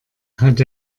hat